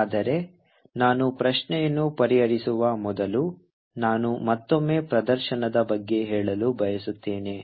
ಆದರೆ ನಾನು ಪ್ರಶ್ನೆಯನ್ನು ಪರಿಹರಿಸುವ ಮೊದಲು ನಾನು ಮತ್ತೊಮ್ಮೆ ಪ್ರದರ್ಶನದ ಬಗ್ಗೆ ಹೇಳಲು ಬಯಸುತ್ತೇನೆ